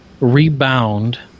Rebound